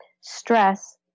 Stress